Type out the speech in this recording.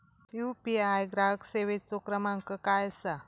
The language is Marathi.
यू.पी.आय ग्राहक सेवेचो क्रमांक काय असा?